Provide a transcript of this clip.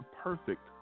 perfect